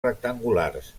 rectangulars